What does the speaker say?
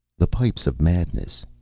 the pipes of madness,